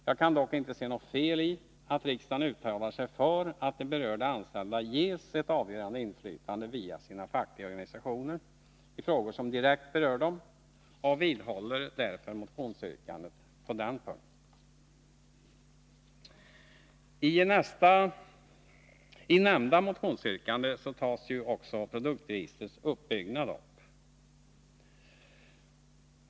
Jag kan dock inte se något fel i att riksdagen uttalar sig för att de berörda anställda ges ett avgörande inflytande, via sina fackliga organisationer, i frågor som direkt berör dem och vidhåller därför motionsyrkandet på den punkten. I nämnda motionsyrkande tas också produktregistrets uppbyggnad upp.